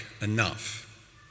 enough